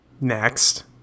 Next